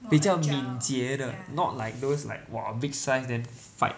比较敏捷的 not like those like !wah! big sized then fight